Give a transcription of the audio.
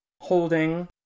holding